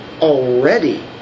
already